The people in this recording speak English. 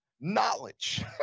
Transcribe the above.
knowledge